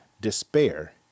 despair